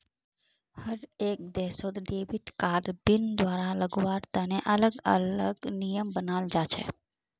हर एक देशत debit card pin दुबारा लगावार तने अलग अलग नियम बनाल जा छे